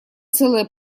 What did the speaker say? целое